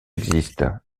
existent